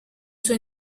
suo